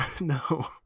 no